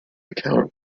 account